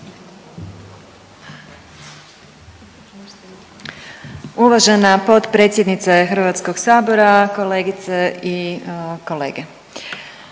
Uvažena potpredsjednice Hrvatskoga sabora, kolegice i kolege.